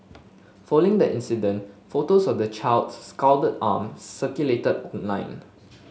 following the incident photos of the child's scalded arm circulated online